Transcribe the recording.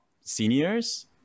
seniors